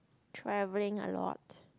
travelling a lot